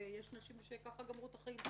ויש נשים שכך גמרו את החיים שלהן.